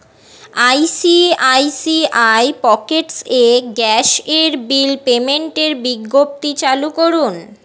I C I C I pockets এ গ্যাসের bill পেমেন্টের বিজ্ঞপ্তি চালু করুন